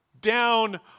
down